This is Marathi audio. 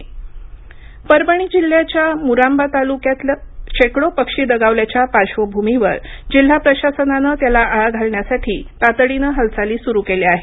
परभणी परभणी जिल्ह्याच्या मुरांबा तालुक्यात शेकडो पक्षी दगावल्याच्या पार्श्वभूमीवर जिल्हा प्रशासनानं त्याला आळा तातडीनं हालचाली सुरू केल्या आहेत